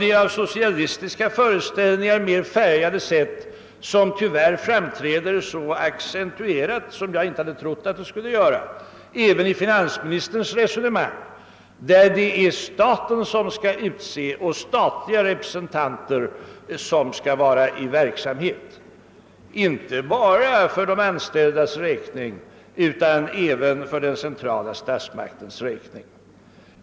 Det av socialistiska föreställningar mera färgade synsättet som tyvärr framträder så accentuerat, som jag inte hade trott att det skulle göra, även i finansministerns resonemang går ut på att staten skall utse och statliga representanter vara i verksamhet inte för de anställdas räkning utan för den centrala statsmaktens räkning.